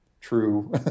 true